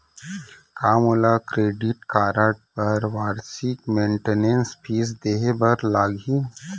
का मोला credit card बर वार्षिक मेंटेनेंस फीस देहे बर लागही?